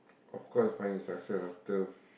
of course find it a success after f~